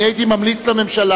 אני הייתי ממליץ לממשלה,